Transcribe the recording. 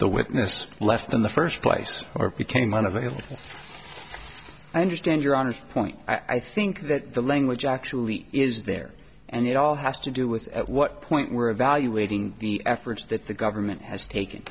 the witness left in the first place or became unavailable i understand your honour's point i think that the language actually is there and it all has to do with at what point we're evaluating the efforts that the government has taken